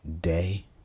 day